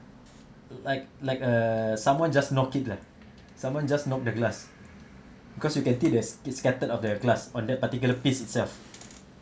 like like err someone just knock it lah someone just knock the glass because you can as it scattered of the glass on that particular piece itself